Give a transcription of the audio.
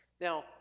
Now